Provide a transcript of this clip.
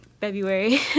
February